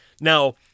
Now